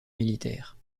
militaire